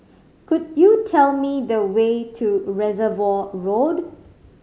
could you tell me the way to Reservoir Road